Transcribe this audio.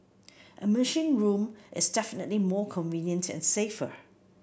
a machine room is definitely more convenient and safer